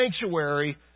sanctuary